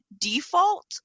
default